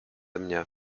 mnie